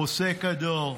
פוסק הדור,